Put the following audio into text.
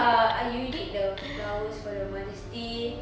err you did the flowers for the mother's day